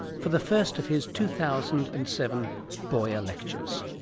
for the first of his two thousand and seven boyer lectures.